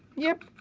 yep.